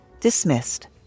dismissed